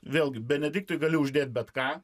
vėlgi benediktui gali uždėt bet ką